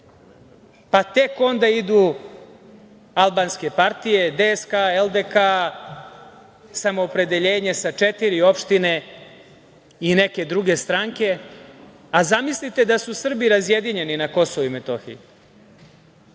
pa tek onda idu albanske partije DSK, LDK, Samoopredeljenje sa četiri opštine i neke druge stranke, a zamislite da su Srbi razjedinjeni na Kosovu i Metohiji,